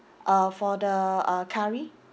uh for the uh curry